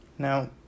Now